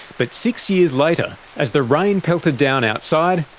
but six years later, as the rain pelted down outside,